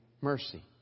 mercy